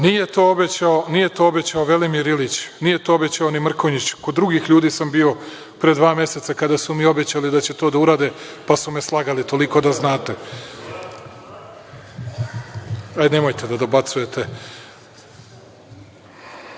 to obećao Velimir Ilić, nije to obećao ni Mrkonjić, kod drugih ljudi sam bio pre dva meseca kada su mi obećali da će to da urade pa su me slagali, toliko da znate. Nemojte da dobacujete.(Vojislav